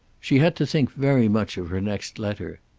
she had to think very much of her next letter.